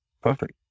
perfect